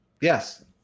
Yes